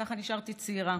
ככה נשארתי צעירה,